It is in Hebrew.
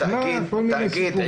בתאגיד,